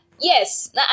Yes